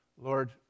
Lord